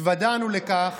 התוודענו לכך